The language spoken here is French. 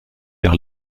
vers